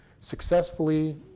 successfully